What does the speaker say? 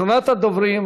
ראשונת הדוברים,